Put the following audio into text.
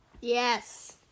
Yes